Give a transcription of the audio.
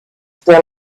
still